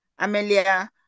Amelia